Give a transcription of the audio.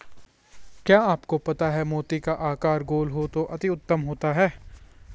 क्या आपको पता है मोती का आकार गोल हो तो अति उत्तम होता है